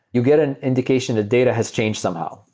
you get an indication that data has changed somehow.